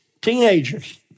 teenagers